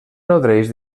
nodreix